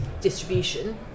distribution